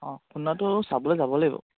অঁ খুন্দনাটো চাবলৈ যাব লাগিব